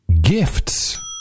gifts